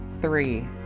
three